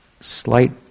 slight